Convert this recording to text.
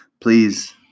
please